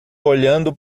olhando